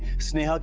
sneha,